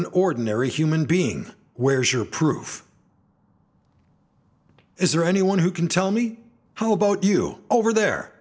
an ordinary human being where's your proof is there anyone who can tell me how about you over there